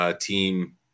team